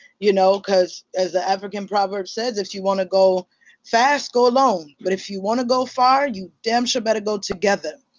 you know because as the african proverb says, if you want to go fast, go alone. but if you want to go far, you damn sure better go together.